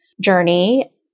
journey